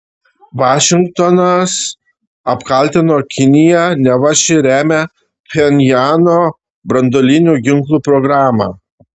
vašingtonas apkaltino kiniją neva ši remia pchenjano branduolinių ginklų programą